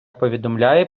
повідомляє